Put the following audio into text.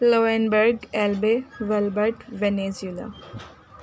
Lüneburg Elbe Velbert Venezuela